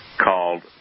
called